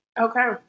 Okay